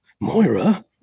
Moira